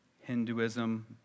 Hinduism